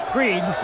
Creed